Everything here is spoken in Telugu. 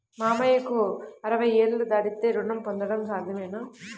మామయ్యకు అరవై ఏళ్లు దాటితే రుణం పొందడం సాధ్యమేనా?